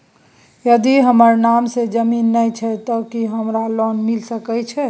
यदि हमर नाम से ज़मीन नय छै ते की हमरा लोन मिल सके छै?